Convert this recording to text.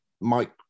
Mike